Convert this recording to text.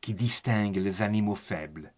qui distingue les animaux faibles